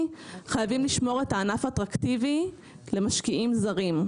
חייבים לשמור את הענף אטרקטיבי למשקיעים זרים.